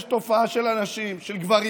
יש תופעה שבה אנשים, גברים,